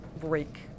break